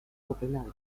copenhague